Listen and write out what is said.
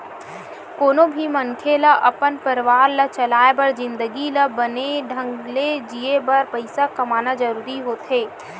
कोनो भी मनखे ल अपन परवार ला चलाय बर जिनगी ल बने ढंग ले जीए बर पइसा कमाना जरूरी होथे